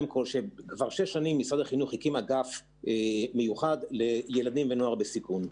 משרד החינוך הקים אגף מיוחד לילדים ונוער בסיכון.